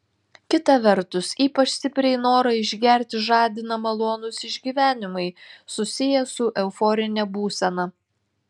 kita vertus ypač stipriai norą išgerti žadina malonūs išgyvenimai susiję su euforine būsena